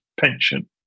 pension